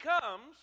comes